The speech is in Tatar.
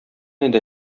иде